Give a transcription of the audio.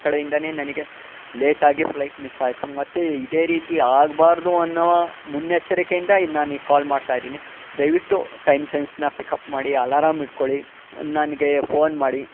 ಕಡೆಯಿಂದಾನೇ ನನಗೆ ಲೇಟ್ ಆಗಿ flight miss ಆಯಿತು ಮತ್ತೆ ಇದೇ ರೀತಿ ಆಗ್ಬಾರ್ದು ಅನ್ನೋ ಮುನ್ನೆಚ್ಚರಿಕೆಯಿಂದ ಈಗ ನಾನು ಕಾಲ್ ಮಾಡ್ತಾಯಿದ್ದೀನಿ ದಯವಿಟ್ಟು ಟೈಮ್ ಸೆನ್ಸ್ನ ಪಿಕಪ್ ಮಾಡಿ ಅಲಾರಾಮ್ ಇಟ್ಕೊಳ್ಳಿ ನನಗೆ ಫೋನ್ ಮಾಡಿ